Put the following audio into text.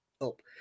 up